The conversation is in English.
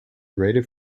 rated